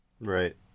Right